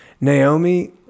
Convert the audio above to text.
Naomi